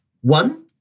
One